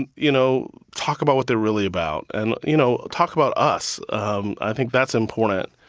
and you know, talk about what they're really about. and, you know, talk about us. um i think that's important.